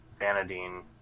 Vanadine